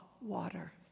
water